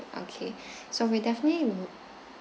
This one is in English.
okay so we'll definitely mm